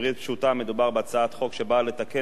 מדובר בהצעת חוק שבאה לתקן את העיוות